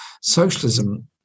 socialism